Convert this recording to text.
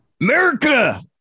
America